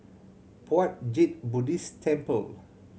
Puat Jit Buddhist Temple